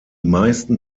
meisten